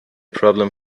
problem